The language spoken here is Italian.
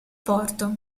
porto